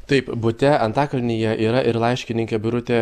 taip bute antakalnyje yra ir laiškininkė birutė